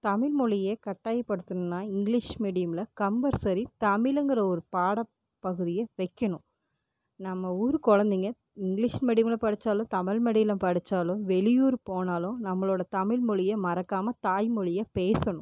தமிழ் மொழியை கட்டாய படுத்தணும்னா இங்லிஷ் மீடியம்ல கம்பல்சரி தமிழுங்கிற ஒரு பாட பகுதியை வக்கணும் நம்ம ஊர் குழந்தைங்க இங்லிஷ் மீடியம்ல படிச்சாலும் தமிழ் மீடியம்ல படிச்சாலும் வெளியூர் போனாலும் நம்மளோட தமிழ் மொழியை மறக்காமல் தாய் மொழியை பேசணும்